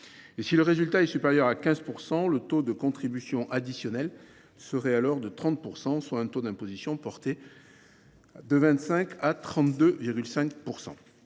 Si le résultat est supérieur à 15 %, le taux de cette contribution additionnelle serait de 30 %, soit un taux d’imposition porté de 25 % à 32,5 %.